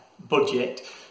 budget